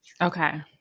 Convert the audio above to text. Okay